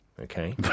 okay